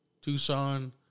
Tucson